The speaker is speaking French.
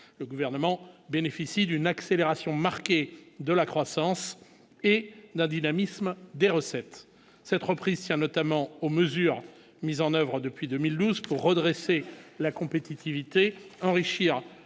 le gouvernement bénéficie d'une accélération marquée de la croissance et d'un dynamisme des recettes cette reprise tient notamment aux mesures mises en oeuvre depuis 2012 pour redresser la compétitivité enrichir